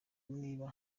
niba